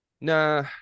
Nah